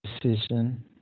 decision